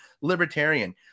Libertarian